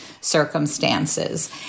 circumstances